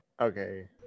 Okay